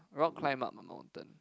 rock climb up a mountain